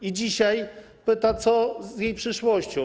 I dzisiaj pyta, co z jej przyszłością.